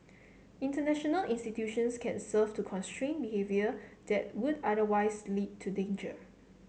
international institutions can serve to constrain behaviour that would otherwise lead to danger